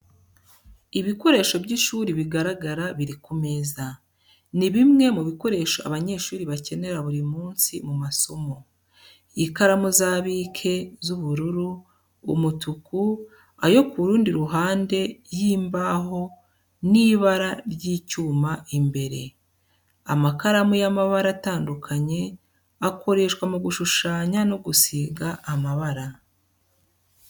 Ibikoresho by’ishuri bigaragara biri ku meza. Ni bimwe mu bikoresho abanyeshuri bakenera buri munsi mu masomo. Ikaramu za bike z’ubururu, umutuku, ayo ku rundi ruhande y’imbaho n’ibara ry’icyuma imbere. Amakaramu y’amabara atandukanye akoreshwa mu gushushanya no gusiga amabara.